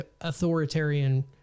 authoritarian